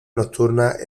nocturnas